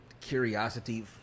curiosity